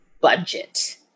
budget